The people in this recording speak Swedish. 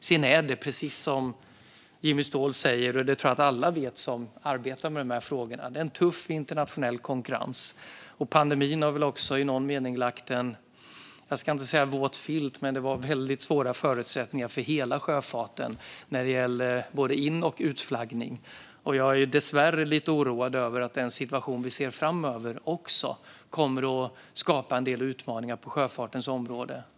Sedan är det precis som Jimmy Ståhl säger en tuff internationell konkurrens, vilket säkert alla som arbetar med dessa frågor vet. Pandemin har kanske inte lagt en våt filt över det här, men det har varit väldigt svåra förutsättningar för hela sjöfarten vad gäller både in och utflaggning. Jag är dessvärre oroad över att den situation vi ser framöver också kommer att skapa en del utmaningar på sjöfartens område.